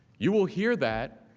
you will hear that